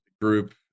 group